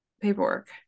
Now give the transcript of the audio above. paperwork